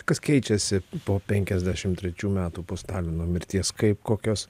kas keičiasi po penkiasdešimt trečių metų po stalino mirties kaip kokios